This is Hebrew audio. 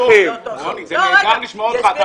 זה נהדר לשמוע אותך.